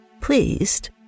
Pleased